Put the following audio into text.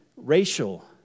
Racial